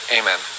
amen